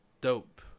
dope